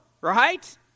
Right